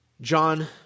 John